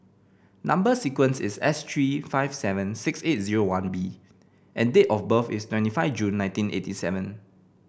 number sequence is S three five seven six eight zero one B and date of birth is twenty five June nineteen eighty seven